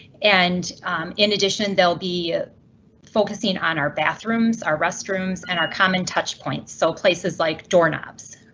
and in addition, they'll be focusing on our bathrooms, our restrooms and our common touch points. so places like doorknobs,